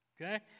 okay